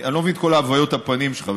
אני לא מבין את כל העוויות הפנים שלך,